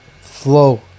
flow